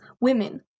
women